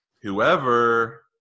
whoever